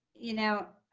you know,